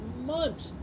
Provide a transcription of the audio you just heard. months